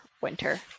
Winter